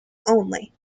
only